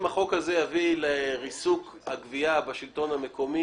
אם החוק הזה יביא לריסוק הגבייה בשלטון המקומי,